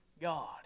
God